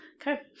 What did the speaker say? Okay